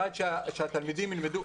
בעד שהתלמידים ילמדו.